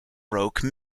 broke